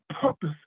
purpose